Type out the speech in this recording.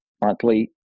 monthly